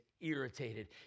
irritated